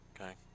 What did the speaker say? Okay